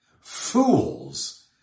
fools